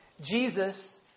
Jesus